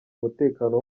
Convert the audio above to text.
umutekano